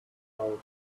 out